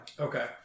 Okay